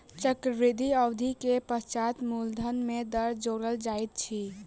चक्रवृद्धि अवधि के पश्चात मूलधन में दर जोड़ल जाइत अछि